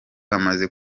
amaze